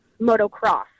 Motocross